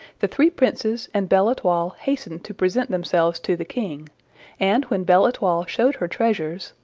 the three princes and belle-etoile hastened to present themselves to the king and when belle-etoile showed her treasures,